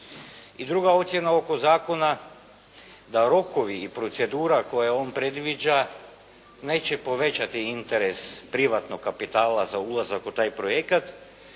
I druga ocjena ovog zakona, da rokovi i procedura koje on predviđa neće povećati interes privatnog kapitala za ulazak u taj projekat,